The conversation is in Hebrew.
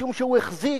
משום שהוא החזיק,